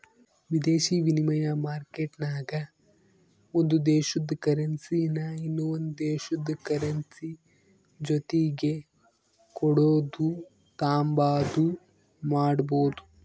ವಿದೇಶಿ ವಿನಿಮಯ ಮಾರ್ಕೆಟ್ನಾಗ ಒಂದು ದೇಶುದ ಕರೆನ್ಸಿನಾ ಇನವಂದ್ ದೇಶುದ್ ಕರೆನ್ಸಿಯ ಜೊತಿಗೆ ಕೊಡೋದು ತಾಂಬಾದು ಮಾಡ್ಬೋದು